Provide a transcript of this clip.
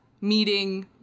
meeting